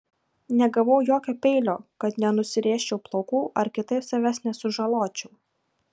negavau jokio peilio kad nenusirėžčiau plaukų ar kitaip savęs nesužaločiau